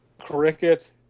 Cricket